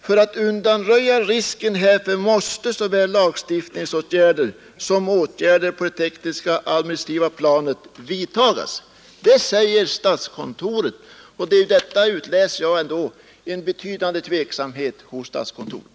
För att undanröja risken härför måste såväl lagstiftningsåtgärder som åtgärder på det tekniskt administrativa planet vidtagas.” Ur detta utläser jag en betydande tveksamhet hos statskontoret.